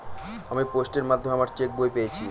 আমি পোস্টের মাধ্যমে আমার চেক বই পেয়েছি